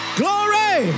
glory